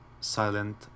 Silent